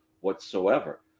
whatsoever